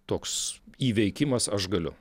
toks įveikimas aš galiu